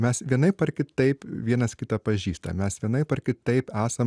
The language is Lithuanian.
mes vienaip ar kitaip vienas kitą pažįstam mes vienaip ar kitaip esam